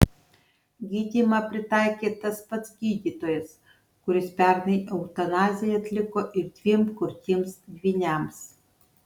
gydymą pritaikė tas pats gydytojas kuris pernai eutanaziją atliko ir dviem kurtiems dvyniams